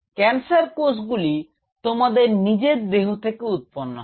cancer কোষগুলি তোমাদের নিজের দেহ থেকে উৎপন্ন হয়